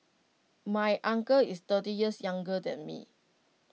my uncle is thirty years younger than me